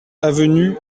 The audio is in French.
avenue